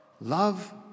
Love